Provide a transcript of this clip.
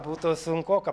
būtų sunkoka